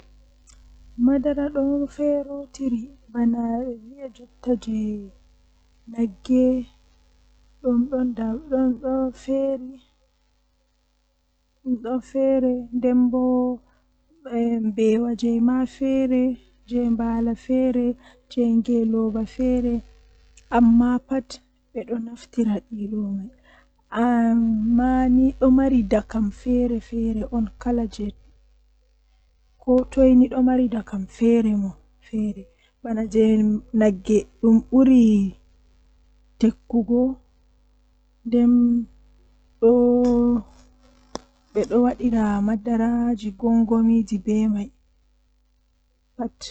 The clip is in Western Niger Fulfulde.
Arandewol kam mi heban biradam malla kosam mi wada shuga deidei nomi yidi nden mi tefa babal fewnaago friji malla hunde feere jei fewnata dum warta kankara mi siga haa ton mi acca neeba sei to yoori warto kolong bana aice man mi wurtina warti ice cream.